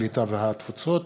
הקליטה והתפוצות